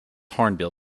hornbill